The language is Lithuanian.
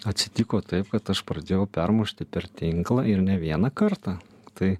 atsitiko taip kad aš pradėjau permušti per tinklą ir ne vieną kartą tai